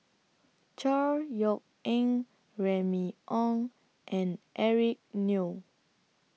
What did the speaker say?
Chor Yeok Eng Remy Ong and Eric Neo